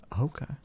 Okay